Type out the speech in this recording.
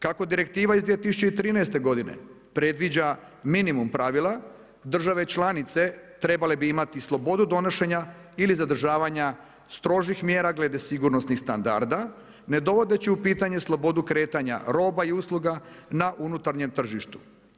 Kako direktiva iz 2013. godine predviđa minimum pravila države članice trebale bi imati slobodu donošenja ili zadržavanja strožih mjere glede sigurnosnih standarda ne dovodeći u pitanje slobodu kretanja roba i usluga na unutarnjem tržištu.